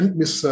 miss